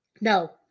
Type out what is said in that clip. No